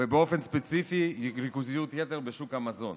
ובאופן ספציפי ריכוזיות יתר בשוק המזון.